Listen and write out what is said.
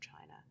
China